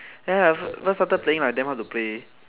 ya ya also first started playing damn hard to play